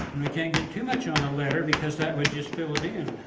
and we can't get too much on the letter because that would just fill it in